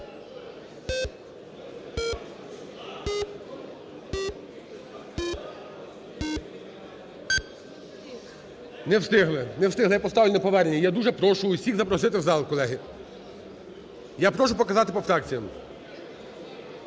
Не встигли. Не встигли. Я поставлю на повернення. Я дуже прошу усіх запросити в зал, колеги. Я прошу показати по фракціям.